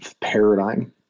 paradigm